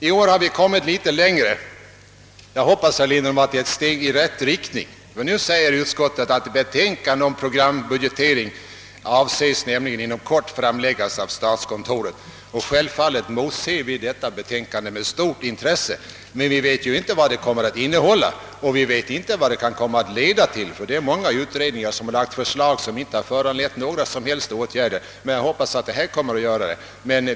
I år har vi också kommit litet längre — jag hoppas, herr Lindholm, att det är ett steg i rätt riktning — ty utskottet skriver att statskontoret avser att inom kort avlåta ett betänkande angående programbudgetering. Självfallet emotser vi detta betänkande med stort intresse. Men vi vet inte vad det kommer att innehålla och vad det kan komma att leda till. Många utredningar har ju framlagt förslag som inte lett till några som helst åtgärder, men jag hoppas att detta betänkande skall medföra vissa resultat.